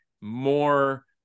more